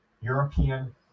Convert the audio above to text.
European